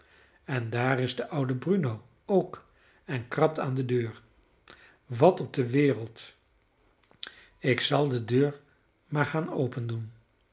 en daar is de oude bruno ook en krabt aan de deur wat op de wereld ik zal de deur maar gaan opendoen